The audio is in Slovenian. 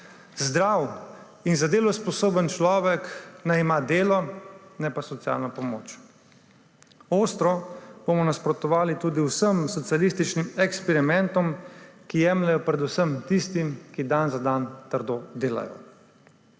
Zdrav in za delo spodoben človek naj ima delo, ne pa socialne pomoči. Ostro bomo nasprotovali tudi vsem socialističnim eksperimentom, ki jemljejo predvsem tistim, ki dan za dnem trdo delajo.